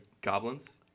goblins